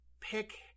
pick